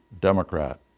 Democrat